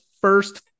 first